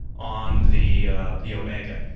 on the the omega.